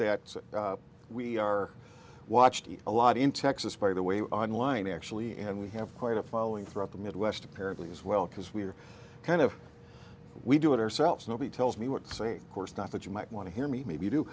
that we are watched a lot in texas by the way online actually and we have quite a following throughout the midwest apparently as well because we're kind of we do it ourselves nobody tells me what to say course not that you might want to hear me maybe do